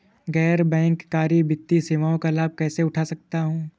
गैर बैंककारी वित्तीय सेवाओं का लाभ कैसे उठा सकता हूँ?